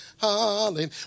hallelujah